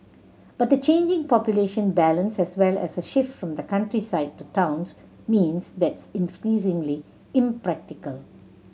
but the changing population balance as well as a shift from the countryside to towns means that's increasingly impractical